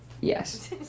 Yes